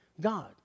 God